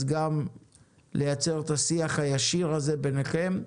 אז גם לייצר את השיח הישיר הזה ביניכם.